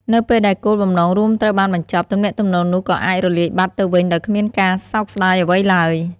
នៅពេលដែលគោលបំណងរួមត្រូវបានបញ្ចប់ ទំនាក់ទំនងនោះក៏អាចរលាយបាត់ទៅវិញដោយគ្មានការសោកស្តាយអ្វីឡើយ។